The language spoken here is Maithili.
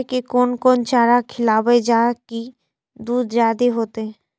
गाय के कोन कोन चारा खिलाबे जा की दूध जादे होते?